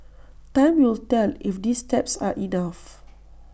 time will tell if these steps are enough